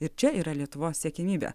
ir čia yra lietuvos siekiamybė